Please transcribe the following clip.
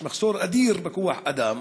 יש מחסור אדיר בכוח-אדם,